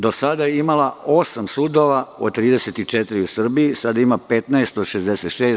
Do sada je imala osam sudova od 34 u Srbiji, a sada ima 15 od 66.